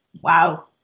wow